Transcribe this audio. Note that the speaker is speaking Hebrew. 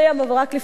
אבל רק לפני זה,